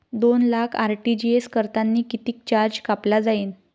दोन लाख आर.टी.जी.एस करतांनी कितीक चार्ज कापला जाईन?